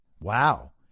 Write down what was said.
Wow